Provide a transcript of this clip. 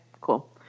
Cool